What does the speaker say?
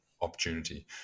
opportunity